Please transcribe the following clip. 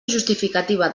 justificativa